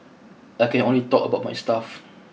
I can only talk about my stuff